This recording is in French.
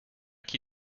qui